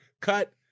cut